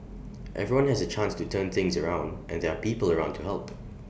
everyone has A chance to turn things around and there are people around to help